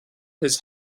his